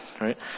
right